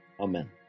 Amen